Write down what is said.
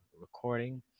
recording